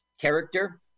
character